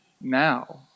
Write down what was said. now